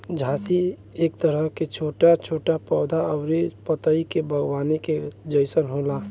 झाड़ी एक तरह के छोट छोट पौधा अउरी पतई के बागवानी के जइसन होला